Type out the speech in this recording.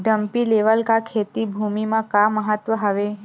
Dumpy level का खेती भुमि म का महत्व हावे?